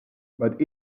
but